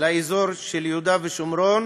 לאזור יהודה ושומרון,